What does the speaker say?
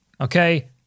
Okay